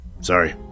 Sorry